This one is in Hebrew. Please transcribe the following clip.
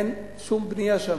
אין שום בנייה שם.